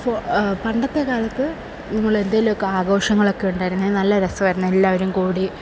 പണ്ടത്തെ കാലത്ത് നമ്മളെന്തെങ്കിലുമൊക്കെ ആഘോഷങ്ങളൊക്കെ ഉണ്ടായിരുന്നുവെങ്കില് നല്ല രസമായിരുന്നു എല്ലാവരും കൂടി